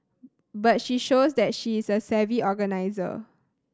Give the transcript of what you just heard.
but she shows that she is a savvy organiser